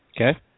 Okay